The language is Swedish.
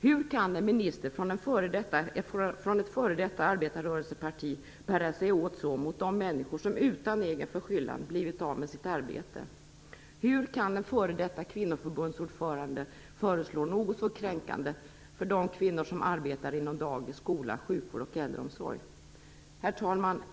Hur kan en minister från ett f.d. arbetarrörelseparti bära sig åt så mot de människor som utan egen förskyllan har blivit av med sitt arbete? Hur kan en f.d. kvinnoförbundsordförande föreslå något så kränkande för de kvinnor som arbetar inom dagis, skola, sjukvård och äldreomsorg? Herr talman!